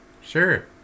Sure